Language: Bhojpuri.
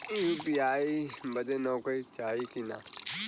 यू.पी.आई बदे नौकरी चाही की ना?